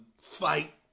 fight